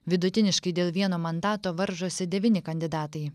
vidutiniškai dėl vieno mandato varžosi devyni kandidatai